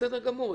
בסדר גמור.